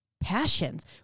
passions